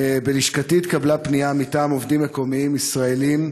בלשכתי התקבלה פנייה מטעם עובדים מקומיים ישראלים,